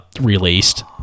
released